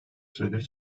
süredir